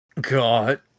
God